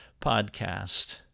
podcast